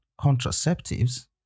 contraceptives